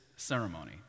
ceremony